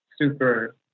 super